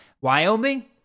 Wyoming